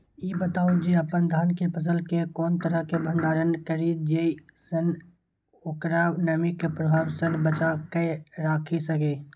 ई बताऊ जे अपन धान के फसल केय कोन तरह सं भंडारण करि जेय सं ओकरा नमी के प्रभाव सं बचा कय राखि सकी?